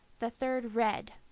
the third red.